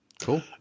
Cool